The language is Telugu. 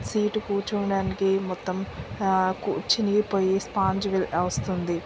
సీటు కూర్చోవడానికి మొత్తం ఆ కూ చినిగి పోయి స్పాంజ్ వస్తుంది